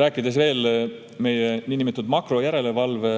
Räägin veel meie niinimetatud makrojärelevalve,